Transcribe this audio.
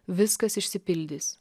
viskas išsipildys